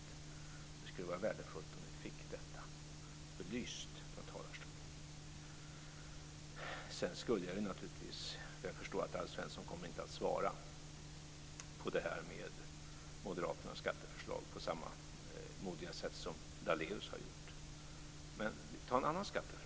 Det skulle vara värdefullt om vi fick detta belyst från talarstolen. Jag förstår att Alf Svensson inte kommer att svara på frågan om det här med moderaternas skatteförslag på samma modiga sätt som Daléus har gjort. Men jag kan ta upp en annan skattefråga.